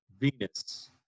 Venus